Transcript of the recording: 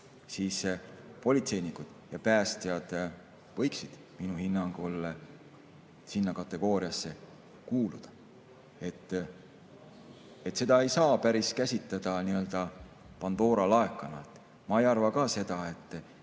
siis politseinikud ja päästjad võiksid minu hinnangul sinna kategooriasse kuuluda. Seda ei saa päris käsitleda nii-öelda Pandora laekana. Ma ei arva ka seda, et